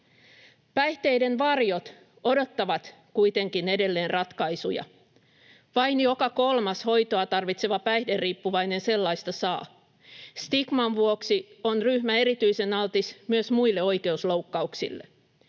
Päihteiden varjot odottavat kuitenkin edelleen ratkaisuja. Vain joka kolmas hoitoa tarvitseva päihderiippuvainen sellaista saa. Stigman vuoksi ryhmä on erityisen altis myös muille oikeusloukkauksille.